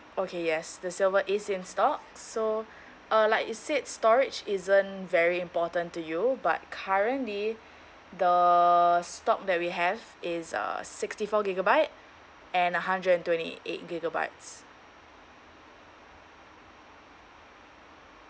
okay yes the silver is in stock so uh like you said storage isn't very important to you but currently the stock that we have is uh sixty four gigabyte and a hundred and twenty eight gigabytes